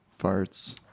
farts